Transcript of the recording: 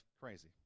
crazy